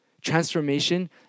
Transformation